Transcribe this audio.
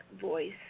voice